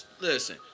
Listen